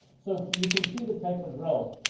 so you can see the type of growth.